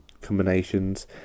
combinations